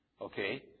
Okay